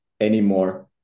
anymore